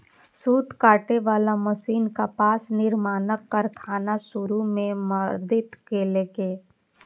सूत काटे बला मशीन कपास निर्माणक कारखाना शुरू मे मदति केलकै